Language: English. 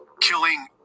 killing